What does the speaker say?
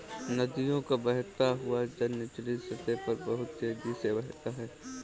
नदियों का बहता हुआ जल निचली सतह पर बहुत तेजी से बहता है